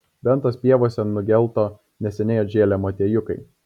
ventos pievose nugelto neseniai atžėlę motiejukai